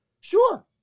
Sure